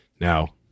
Now